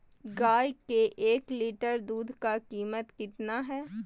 गाय के एक लीटर दूध का कीमत कितना है?